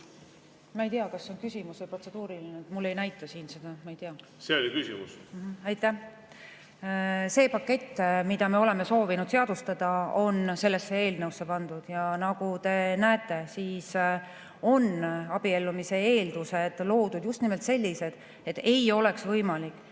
Ma ei tea, kas see on küsimus mulle või protseduuriline, mulle ei näita siin seda. See oli küsimus teile. See oli küsimus teile. Aitäh! See pakett, mida me oleme soovinud seadustada, on sellesse eelnõusse pandud. Ja nagu te näete, siis on abiellumise eeldused just nimelt sellised, et ei oleks võimalik